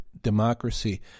democracy